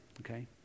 Okay